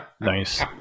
Nice